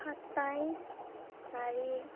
সাতাইছ চাৰি